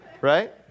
right